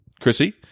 Chrissy